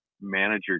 manager